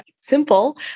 simple